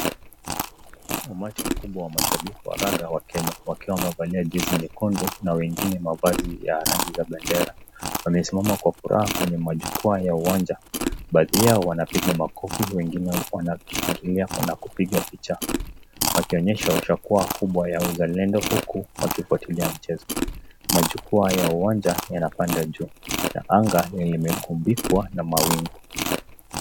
Umati mkubwa wa mashambiki wa raga wa Kenya , wakiwa wamevalia jezi nyekundu na wengine mavazi ya rangi za bendera . Wamesimama kwa furaha kwenye majukwaa ya uwanja, baadhi yao wanapinga makofi na wengine wanashangilia na kupiga picha, wakionyesha usha kwao kubwa ya uzalendo huku wakifuatilia mchezo. Majukwaa ya uwanja yanapanda juu ya anga yenye imekumbikwa na mawingu.